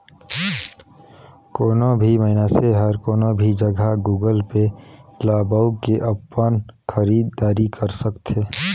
कोनो भी मइनसे हर कोनो भी जघा गुगल पे ल बउ के अपन खरीद दारी कर सकथे